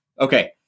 Okay